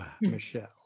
Michelle